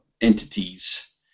entities